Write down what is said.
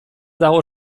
dago